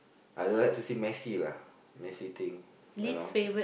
I don't like to see messy lah messy thing you know